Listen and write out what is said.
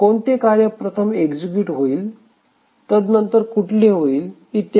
कोणते कार्य प्रथम एक्झिक्युट होईल तद्नंतर कुठले होईल इत्यादी